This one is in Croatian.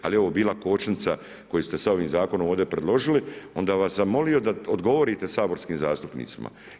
Ali je ovo bila kočnica koju ste ovim zakonom ovdje predložili, onda bih vas zamolio da odgovorite saborskim zastupnicima.